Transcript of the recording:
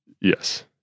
Yes